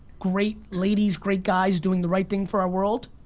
great ladies, great guys doing the right thing for our world,